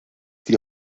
die